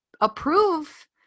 approve